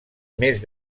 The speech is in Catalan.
més